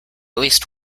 least